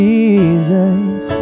Jesus